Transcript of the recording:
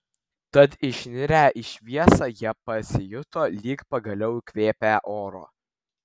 tad išnirę į šviesą jie pasijuto lyg pagaliau įkvėpę oro